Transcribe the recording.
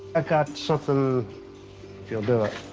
ah got something if you'll do it.